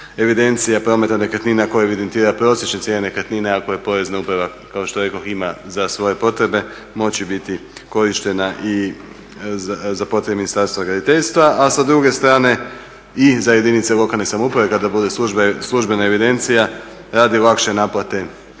evidencija prometa nekretnina koja evidentira prosječne cijene nekretnina, a koje Porezna uprava kao što rekoh ima za svoje potrebe, moći biti korištena i za potrebe Ministarstva graditeljstva, a sa druge strane i za jedinice lokalne samouprave kada bude službena evidencija radi lakše naplate komunalne